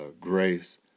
grace